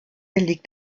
liegt